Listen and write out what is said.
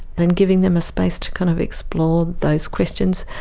and giving them a space to kind of explore those questions.